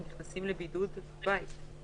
הם נכנסים לבידוד בית.